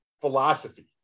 philosophy